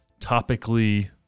topically